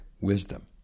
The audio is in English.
wisdom